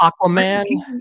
Aquaman